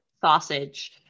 sausage